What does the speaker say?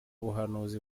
buhanuzi